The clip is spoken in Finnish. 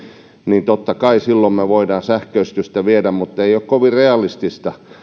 niin totta kai silloin me voimme sähköistystä viedä eteenpäin mutta ei ole kovin realistista